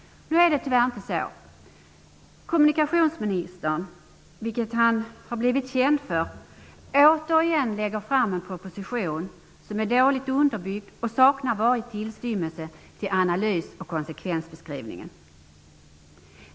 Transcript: Nu är det tyvärr inte så. Kommunikationsministern, vilket han har blivit känd för, lägger återigen fram en proposition som är dåligt underbyggd och saknar varje tillstymmelse till analys och konsekvensbeskrivning.